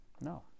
No